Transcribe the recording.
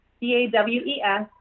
D-A-W-E-S